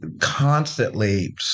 constantly